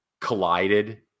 collided